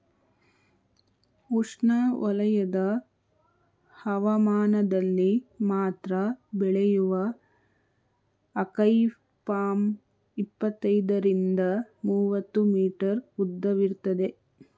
ಉಷ್ಣವಲಯದ ಹವಾಮಾನದಲ್ಲಿ ಮಾತ್ರ ಬೆಳೆಯುವ ಅಕೈ ಪಾಮ್ ಇಪ್ಪತ್ತೈದರಿಂದ ಮೂವತ್ತು ಮೀಟರ್ ಉದ್ದವಿರ್ತದೆ